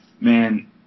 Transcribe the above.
Man